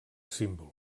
símbol